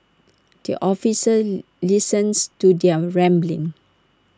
the officer listens to their rambling